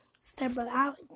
stepbrother